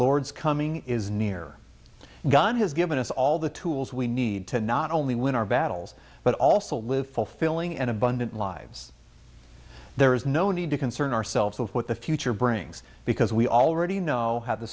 lord's coming is near god has given us all the tools we need to not only win our battles but also live fulfilling and abundant lives there is no need to concern ourselves with what the future brings because we already know how the